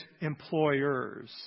employers